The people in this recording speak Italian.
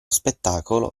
spettacolo